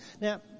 Now